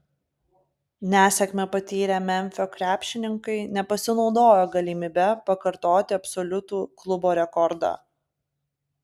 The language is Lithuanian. nesėkmę patyrę memfio krepšininkai nepasinaudojo galimybe pakartoti absoliutų klubo rekordą